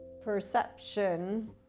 perception